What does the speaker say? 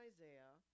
Isaiah